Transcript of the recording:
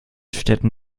städten